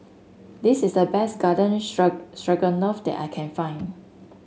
this is the best Garden Stroganoff that I can find